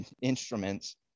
instruments